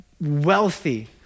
wealthy